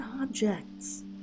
objects